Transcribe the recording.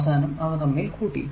അവസാനം അവ തമ്മിൽ കൂട്ടി